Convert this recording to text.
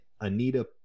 anita